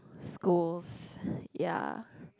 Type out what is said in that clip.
schools ya